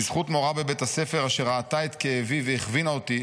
"בזכות מורה בבית הספר אשר ראתה את כאבי והכווינה אותי,